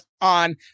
on